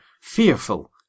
fearful